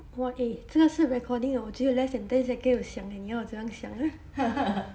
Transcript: !wah! eh 这个是 recording orh 我只有 less than ten seconds to 想哦你要我怎样想